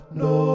no